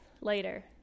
later